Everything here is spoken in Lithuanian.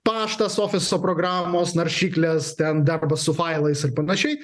paštas ofiso programos naršyklės ten darbas su failais ir panašiai